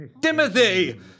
Timothy